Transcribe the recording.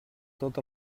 tot